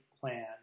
plan